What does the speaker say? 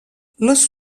les